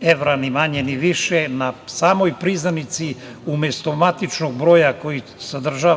evra, ni manje ni više. Na samoj priznanici, umesto matičnog broja koji sadrži